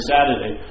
Saturday